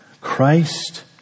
Christ